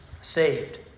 saved